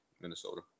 Minnesota